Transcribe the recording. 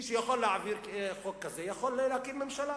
מי שיכול להעביר חוק כזה יכול להקים ממשלה.